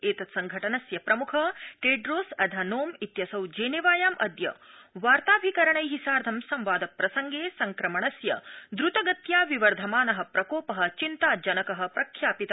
एतत्संघटनस्य प्रमुख Tedros Adhanom िक्विसौ जेनेवायां अद्य वार्ताभिकरणै सार्थं संवाद प्रसंगे संक्रमणस्य द्रतगत्या विवर्धमान प्रकोप चिन्ताजनक प्रख्यापित